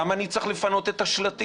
למה אני צריך לפנות את השלטים?